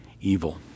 evil